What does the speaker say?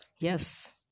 Yes